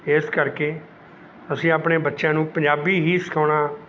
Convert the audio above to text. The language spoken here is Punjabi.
ਇਸ ਕਰਕੇ ਅਸੀਂ ਆਪਣੇ ਬੱਚਿਆਂ ਨੂੰ ਪੰਜਾਬੀ ਹੀ ਸਿਖਾਉਣਾ